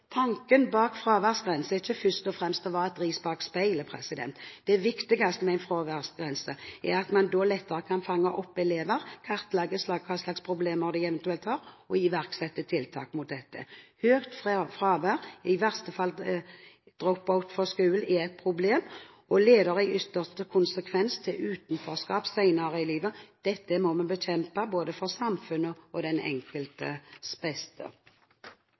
Tanken bak en fraværsgrense er ikke først og fremst at det skal være et ris bak speilet. Det viktigste med en fraværsgrense er at man lettere kan fange opp elever, kartlegge hva slags problemer de eventuelt har, og iverksette tiltak. Høyt fravær og i verste fall «drop-out» fra skolen er et problem og leder i ytterste konsekvens til utenforskap senere i livet. Dette må vi bekjempe – for både samfunnets og den enkeltes beste.